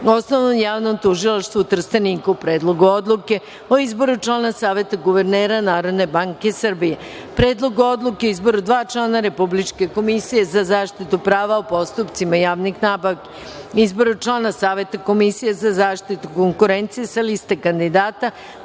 Osnovnom javnom tužilaštvu u Trsteniku; Predlogu odluke o izboru člana Saveta guvernera Narodne banke Srbije; Predlogu odluke o izboru dva člana Republičke komisije za zaštitu prava u postupcima javnih nabavki; Izboru člana Saveta Komisije za zaštitu konkurencije sa liste kandidata